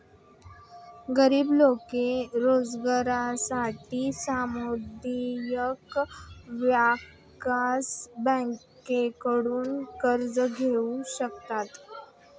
गरीब लोक रोजगारासाठी सामुदायिक विकास बँकांकडून कर्ज घेऊ शकतात